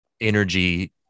energy